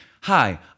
hi